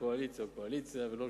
קואליציה תישאר קואליציה.